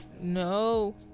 No